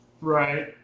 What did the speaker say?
Right